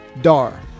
Dar